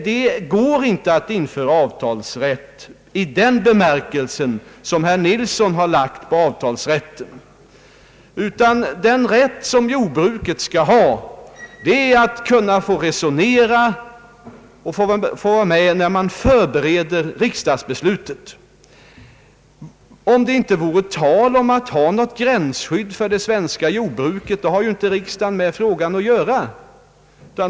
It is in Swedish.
Det går inte att införa avtalsrätt i den bemärkelsen som herr Nilsson menar, utan den rätt jordbruket skall ha är att få vara med och resonera när man förbereder riksdagsbeslutet. Om det inte vore något tal om gränsskydd, hade riksdagen inte med frågan att göra.